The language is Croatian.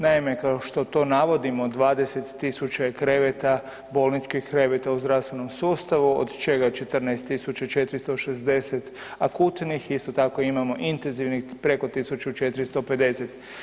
Naime, kao što to navodimo, 20 000 je kreveta, bolničkih kreveta u zdravstvenom sustavu od čega 14460 akutnih, isto tako imamo i intenzivnih preko 1450.